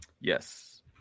yes